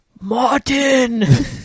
Martin